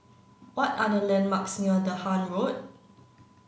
what are the landmarks near Dahan Road